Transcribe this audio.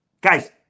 Guys